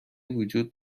وجود